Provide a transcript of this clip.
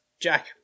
Jack